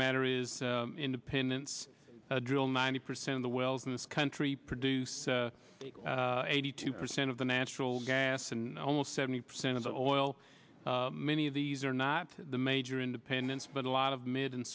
matter is independents drill ninety percent of the wells in this country produce eighty two percent of the natural gas and almost seventy percent of the oil many of these are not the major independents but a lot of mid and